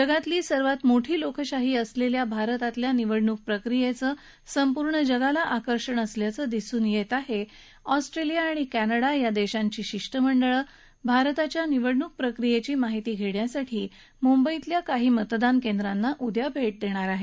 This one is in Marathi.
जगातली सर्वात मोठी लोकशाही असलेल्या भारतातल्या निवडणूक प्रक्रियेचं संपूर्ण जगाला आकर्षण असल्याचं दिसून येत असून ऑस्ट्रेलिया आणि क्तिङा या देशांची शिष्टमंडळ भारताच्या निवडणूक प्रक्रियेची माहिती घेण्यासाठी मुंबईतल्या काही मतदान केंद्रांना उद्या भेट देणार आहेत